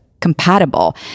compatible